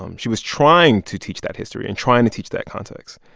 um she was trying to teach that history and trying to teach that context.